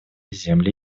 земли